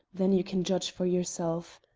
then you can judge for yourself.